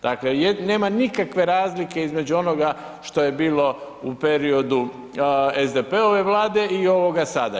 Dakle, nema nikakve razlike između onoga što je bilo u periodu SDP-ove vlade i ovoga sada.